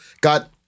got